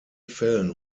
fällen